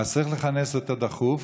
אז צריך לכנס אותה דחוף,